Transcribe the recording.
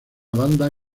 banda